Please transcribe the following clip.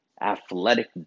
athletic